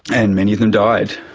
and many of them died.